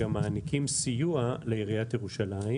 גם מעניקים סיוע לעיריית ירושלים,